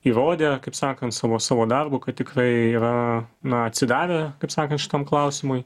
įrodę kaip sakant savo savo darbu kad tikrai yra atsidavę kaip sakant šitam klausimui